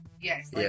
Yes